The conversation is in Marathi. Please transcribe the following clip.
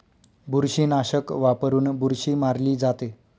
बुरशीनाशक वापरून बुरशी मारली जाते